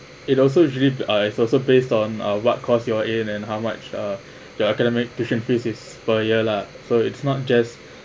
it also usually ah it also based on uh what course you all in and how much uh the academic tuition fees is per year lah so it's not just